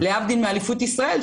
להבדיל מאליפות ישראל,